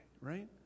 right